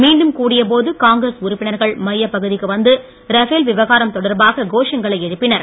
மீண்டும் கூடிய போது காங்கிரஸ் உறுப்பினர்கள் மைய பகுதிக்கு வந்து ரபேல் விவகாரம் தொடர்பாக கோஷங்களை எழுப்பினர்